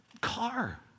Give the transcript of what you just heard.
car